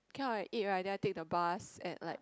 come out like eight right then I take the bus at like